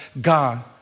God